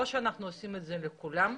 או שאנחנו עושים את זה לכולם,